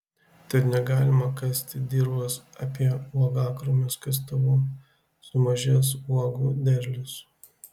tad negalima kasti dirvos apie uogakrūmius kastuvu sumažės uogų derlius